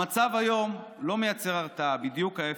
המצב היום לא מייצר הרתעה, בדיוק ההפך.